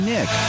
Nick